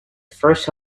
first